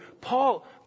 Paul